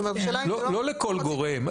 לא לכל גורם.